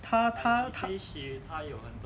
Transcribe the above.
他他他